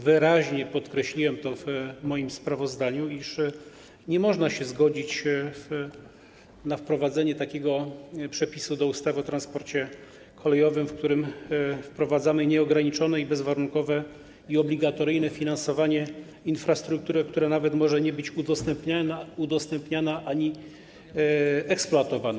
Wyraźnie podkreśliłem w moim sprawozdaniu, iż nie można się zgodzić na wprowadzenie takiego przepisu do ustawy o transporcie kolejowym, na podstawie którego wprowadzamy nieograniczone, bezwarunkowe i obligatoryjne finansowanie infrastruktury, która nawet może nie być udostępniania ani eksploatowana.